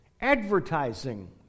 Advertising